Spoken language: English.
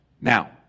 Now